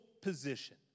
position